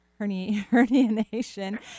herniation